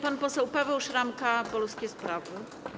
Pan poseł Paweł Szramka, Polskie Sprawy.